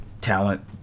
talent